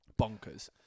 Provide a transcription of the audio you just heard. bonkers